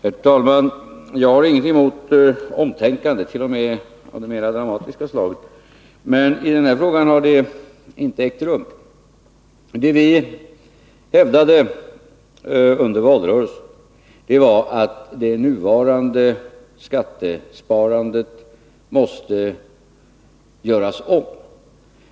Herr talman! Jag har ingenting emot omtänkande, inte ens omtänkande av det mera dramatiska slaget. Men i den här frågan har något sådant inte ägt rum. Det vi hävdade under valrörelsen var att det nuvarande skattesparandet måste ”göras upp”.